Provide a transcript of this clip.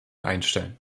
einstellen